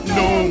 no